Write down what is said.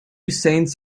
saints